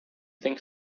think